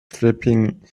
sleeping